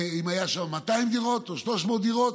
אם היו שם 200 דירות או 300 דירות,